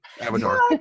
Avatar